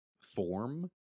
form